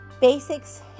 basics